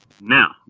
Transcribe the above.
Now